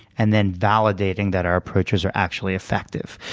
and then validating that our approaches are actually effective?